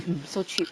um so cheap